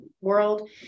world